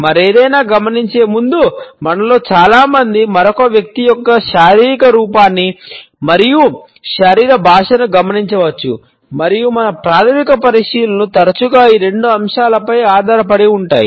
మరేదైనా గమనించే ముందు మనలో చాలా మంది మరొక వ్యక్తి యొక్క శారీరక రూపాన్ని మరియు శరీర భాషను గమనించవచ్చు మరియు మన ప్రాధమిక పరిశీలనలు తరచుగా ఈ రెండు అంశాలపై ఆధారపడి ఉంటాయి